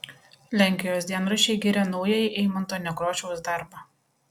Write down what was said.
lenkijos dienraščiai giria naująjį eimunto nekrošiaus darbą